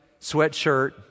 sweatshirt